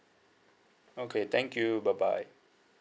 okay thank you bye bye